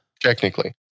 Technically